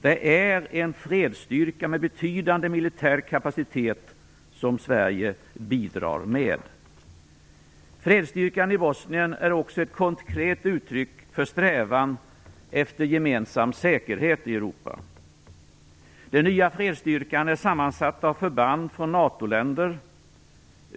Det är en fredsstyrka med betydande militär kapacitet som Sverige bidrar med. Fredsstyrkan i Bosnien är också ett konkret uttryck för strävan efter gemensam säkerhet i Europa. NATO-länder.